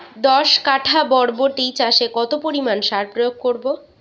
দশ কাঠা বরবটি চাষে কত পরিমাণ সার প্রয়োগ করব?